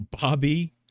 Bobby